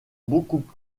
beaucoup